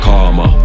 Karma